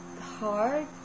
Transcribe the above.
hard